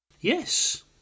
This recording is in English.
yes